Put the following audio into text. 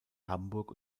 hamburg